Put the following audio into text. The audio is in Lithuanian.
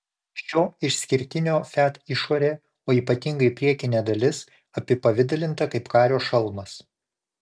šio išskirtinio fiat išorė o ypatingai priekinė dalis apipavidalinta kaip kario šalmas